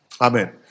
Amen